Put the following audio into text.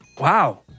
wow